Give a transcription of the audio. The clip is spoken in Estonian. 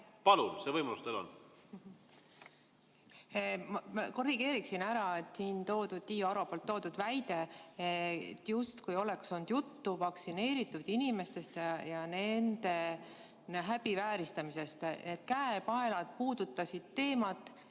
Palun! See võimalus teil on.